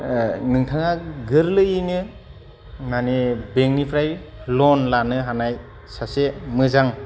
नोंथाङा गोरलैयैनो मानि बेंकनिफ्राय लन लनो हानाय सासे मोजां